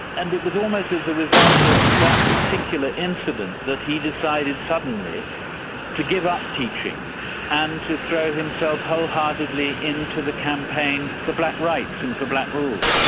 and it was almost as the result of that particular incident that he decided suddenly to give up teaching and to throw himself wholeheartedly into the campaign for black rights and for black rule.